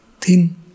thin